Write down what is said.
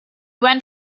went